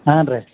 ಹಾಂ ರೀ